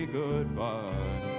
goodbye